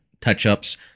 touch-ups